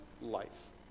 life